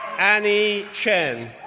annie chen,